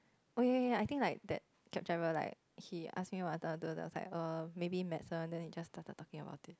oh ya ya ya I think like that grab driver like he asked me what I wanted to do then I was like err maybe medicine then we just started talking about it